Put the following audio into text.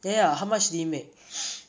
ya how much did he make